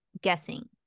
guessing